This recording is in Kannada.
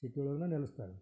ಸಿಟಿ ಒಳ್ಗೇನೆ ನೆಲೆಸ್ತಾರೆ